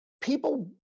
people